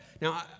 Now